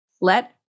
let